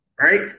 right